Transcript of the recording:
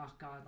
God